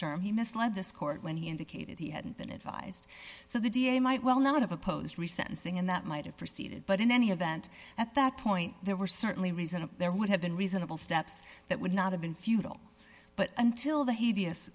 term he misled this court when he indicated he hadn't been advised so the da might well not have a post re sentencing and that might have proceeded but in any event at that point there were certainly reasonable there would have been reasonable steps that would not have been futile but until the hea